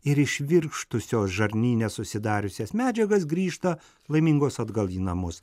ir įšvirkštus jo žarnyne susidariusias medžiagas grįžta laimingos atgal į namus